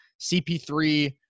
CP3